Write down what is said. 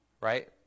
Right